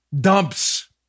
dumps